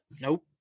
Nope